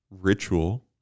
ritual